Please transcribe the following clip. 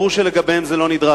ברור שלגביהם זה לא נדרש.